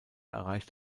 erreicht